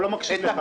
הוא לא מקשיב לך.